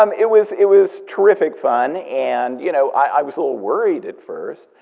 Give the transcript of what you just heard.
um it was it was terrific fun and, you know, i was a little worried at first.